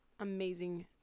amazing